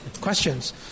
questions